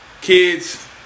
kids